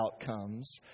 outcomes